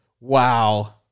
wow